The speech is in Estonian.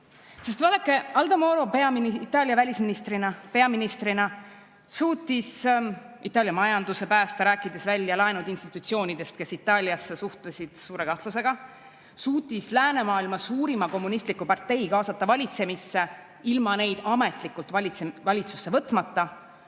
Sest vaadake, Aldo Moro Itaalia välisministrina, peaministrina, suutis Itaalia majanduse päästa, rääkides välja laenud institutsioonidest, kes Itaaliasse suhtusid suure kahtlusega. Ta suutis läänemaailma suurima kommunistliku partei kaasata valitsemisse ilma neid ametlikult valitsusse võtmata.